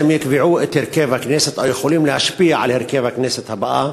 יקבעו את הרכב הכנסת או יכולים להשפיע על הרכב הכנסת הבאה,